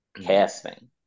casting